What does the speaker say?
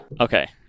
Okay